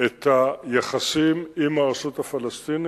את היחסים עם הרשות הפלסטינית,